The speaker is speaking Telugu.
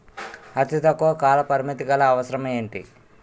అతి తక్కువ కాల పరిమితి గల అవసరం ఏంటి